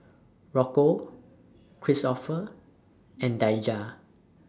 Rocco Kristoffer and Daijah